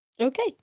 Okay